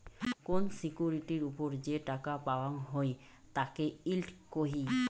কোন সিকিউরিটির ওপর যে টাকা পাওয়াঙ হই তাকে ইল্ড কহি